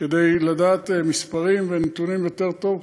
כדי לדעת מספרים ונתונים יותר טוב,